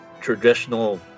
traditional